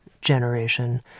generation